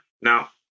Now